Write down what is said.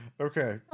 Okay